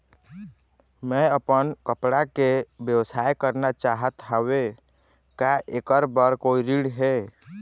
मैं अपन कपड़ा के व्यवसाय करना चाहत हावे का ऐकर बर कोई ऋण हे?